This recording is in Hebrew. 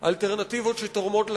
אלטרנטיבות שתורמות לציבור,